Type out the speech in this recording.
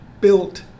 built